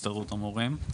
המורים.